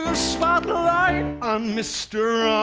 spotlight on mr.